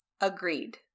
Agreed